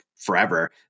forever